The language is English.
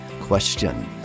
question